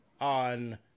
on